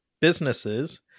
businesses